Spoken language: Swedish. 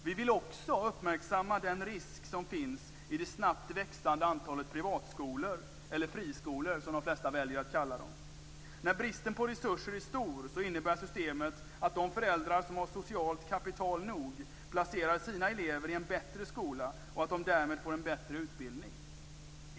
Vi vill också uppmärksamma den risk som finns i det snabbt växande antalet privatskolor, eller friskolor som de flesta väljer att kalla dem. När bristen på resurser är stor innebär systemet att de föräldrar som har socialt kapital nog placerar sina barn i en bättre skola och att de därmed får en bättre utbildning.